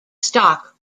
stock